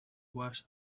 worse